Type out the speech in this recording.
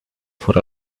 for